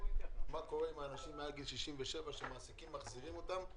קורה עם האנשים מעל גיל 67 שמעסיקים מחזירים אותם.